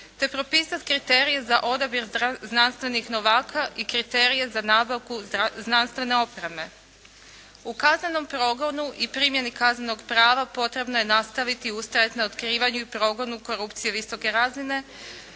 te propisati kriterije za odabir znanstvenih novaka i kriterije za nabavku znanstvene opreme. U kaznenom progonu i primjeni kaznenog prava potrebno je nastaviti ustrajati na otkrivanju i progonu korupcije visoke razine,